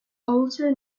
also